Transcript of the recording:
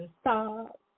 stop